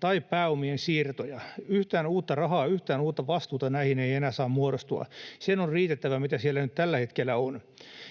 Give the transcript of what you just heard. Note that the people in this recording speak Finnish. tai pääomien siirtoja. Yhtään uutta rahaa, yhtään uutta vastuuta näihin ei enää saa muodostua. Sen on riitettävä, mitä siellä nyt tällä hetkellä on.